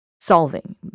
solving